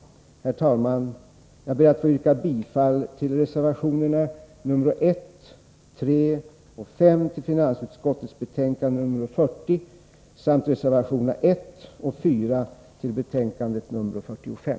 Herr talman! Jag ber att få yrka bifall till reservationerna nr 1, 3 och 5 vid